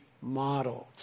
modeled